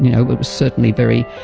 you know but was certainly very,